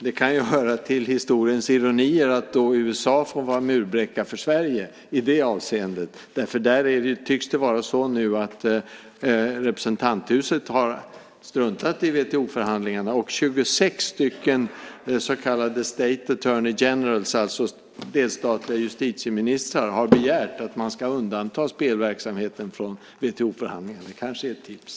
Det kan ju höra till historiens ironier att USA då får vara murbräcka för Sverige i det avseendet, därför att där tycks det nu vara så att representanthuset har struntat i WTO-förhandlingarna. 26 state attorney generals , alltså justitieministrar i delstater, har begärt att man ska undanta spelverksamheten från WTO-förhandlingarna. Det kanske är ett tips.